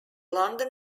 london